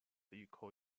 equal